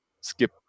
skip